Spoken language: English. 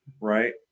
right